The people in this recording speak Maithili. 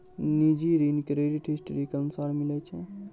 निजी ऋण क्रेडिट हिस्ट्री के अनुसार मिलै छै